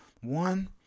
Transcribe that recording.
one